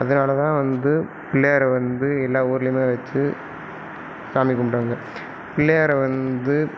அதனால தான் வந்து பிள்ளையாரை வந்து எல்லா ஊர்லேயுமே வெச்சு சாமிக் கும்பிடுவாங்க பிள்ளையாரை வந்து